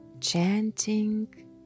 chanting